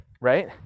right